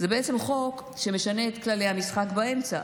זה בעצם חוק שמשנה את כללי המשחק באמצע.